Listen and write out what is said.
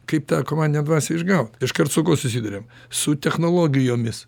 kaip ta komandinę dvasią išgaut iškart su kuo susiduriam su technologijomis